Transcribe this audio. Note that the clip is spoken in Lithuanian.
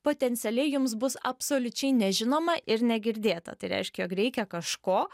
potencialiai jums bus absoliučiai nežinoma ir negirdėta tai reiškia jog reikia kažko